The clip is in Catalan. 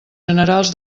generals